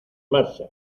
marcha